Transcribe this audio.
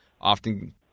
often